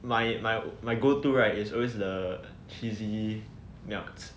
my my my go to right is always the cheesy cheesy melts